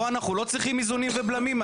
פה אנחנו לא צריכים איזונים ובלמים?